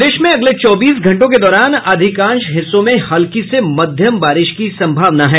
प्रदेश में अगले चौबीस घंटों के दौरान अधिकांश हिस्सों में हल्की से मध्यम बारिश की संभावना है